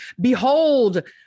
behold